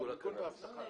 על מיגון ואבטחה.